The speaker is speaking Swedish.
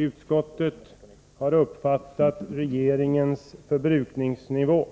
Utskottet har uppfattat den av regeringen föreslagna förbrukningsnivån